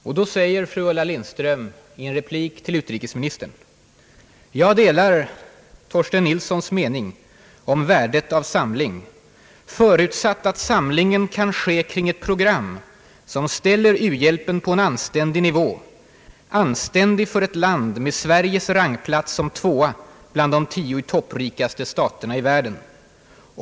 Men i en replik på kongressen till utrikesministern anför fru Ulla Lindström, att hon »delar Torsten Nilssons mening om värdet av samling, förutsatt att samlingen kan ske kring ett program som ställer u-hjälpen på en anständig nivå, anständig för ett land med Sveriges rangplats som tvåa bland de tio topprikaste staterna i världen.